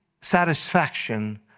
satisfaction